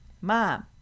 Mom